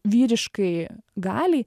vyriškai galiai